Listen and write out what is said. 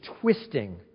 twisting